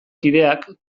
kideak